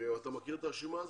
אתה מכיר את הרשימה הזאת?